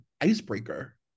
icebreaker